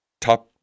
top